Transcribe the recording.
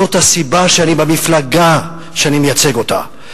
זאת הסיבה שאני במפלגה שאני מייצג אותה,